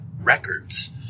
Records